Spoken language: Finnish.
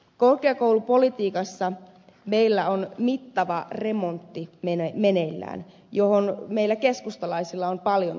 korkeakoulupolitiikassa meillä on meneillään mittava remontti johon meillä keskustalaisilla on paljon sanottavaa